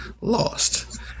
lost